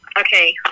Okay